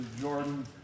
Jordan